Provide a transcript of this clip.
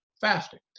fasting